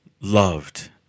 loved